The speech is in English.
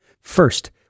First